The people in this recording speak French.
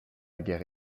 guerre